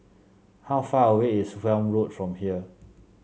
how far away is Welm Road from here